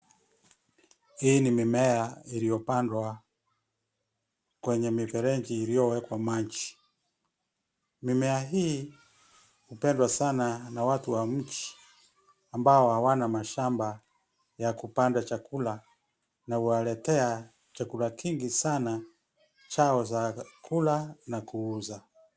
Hii ni mimea iliyopandwa kwenye mifereji iliyowekwa maji. Mimea hii hupendwa sana na watu wa mji ambao hawana mashamba ya kupanda chakula, na huwaletea chakula kingi sana ,zao za kula na kuuza.